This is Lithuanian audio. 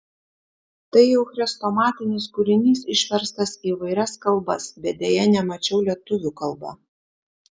tai jau chrestomatinis kūrinys išverstas į įvairias kalbas bet deja nemačiau lietuvių kalba